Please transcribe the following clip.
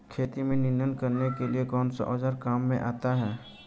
खेत में निनाण करने के लिए कौनसा औज़ार काम में आता है?